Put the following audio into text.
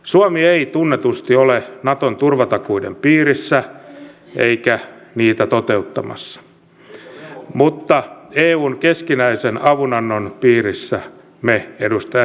suomi ei tunnetusti ole naton turvatakuiden piirissä eikä niitä toteuttamassa mutta eun keskinäisen avunannon piirissä me edustaja heinäluoma olemme